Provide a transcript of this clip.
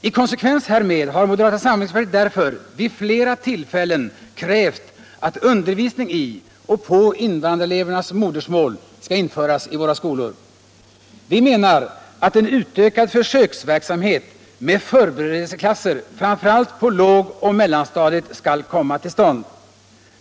I konsekvens härmed har moderata samlingspartiet vid flera tillfällen krävt att undervisning i och på invandrarelevernas modersmål skall införas i våra skolor. Vi menar att en utökad försöksverksamhet med förberedelseklasser framför allt på lågoch mellanstadiet skall komma till stånd.